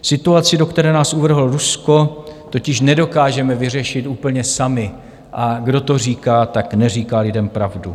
Situaci, do které nás uvrhlo Rusko, totiž nedokážeme vyřešit úplně sami, a kdo to říká, tak neříká lidem pravdu.